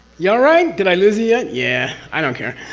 y'all right? did i lose you yet? yeah. i don't care.